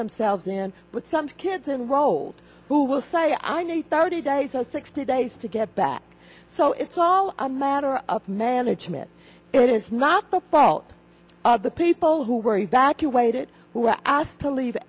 themselves in with some kids in road who will say i need thirty days or sixty days to get back so it's all a matter of management it is not the fault of the people who were evacuated who were asked to leave